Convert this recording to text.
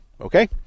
okay